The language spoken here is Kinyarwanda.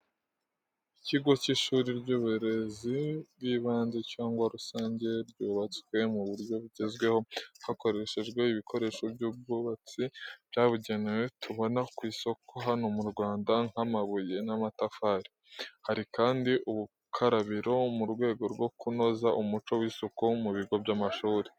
Ikigo cy’ishuri ry’uburezi bw’ibanze cyangwa rusange, ryubatswe mu buryo bugezweho, hakoreshejwe ibikoresho by’ubwubatsi byabugenewe tubona ku isoko hano mu Rwanda nk’amabuye n’amatafari. Hari kandi ubukarabiro mu rwego rwo kunoza umuco w'isuku mu bigo by'amashuri.